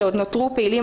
שעוד נותרו פעילים,